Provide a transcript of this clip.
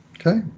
Okay